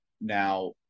Now